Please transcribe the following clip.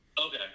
Okay